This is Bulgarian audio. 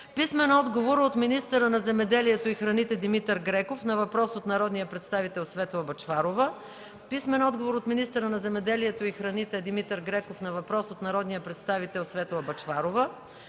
Писмен отговор от: - министъра на земеделието и храните Димитър Греков на въпрос от народния представител Светла Бъчварова;